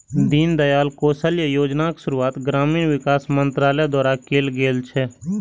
दीनदयाल कौशल्य योजनाक शुरुआत ग्रामीण विकास मंत्रालय द्वारा कैल गेल छै